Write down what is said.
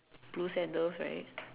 blue sandals right